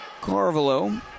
Carvalho